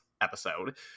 episode